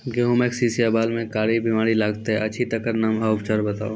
गेहूँमक शीश या बाल म कारी बीमारी लागतै अछि तकर नाम आ उपचार बताउ?